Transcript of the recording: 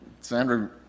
Sandra